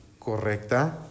correcta